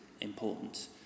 important